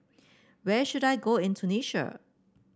where should I go in Tunisia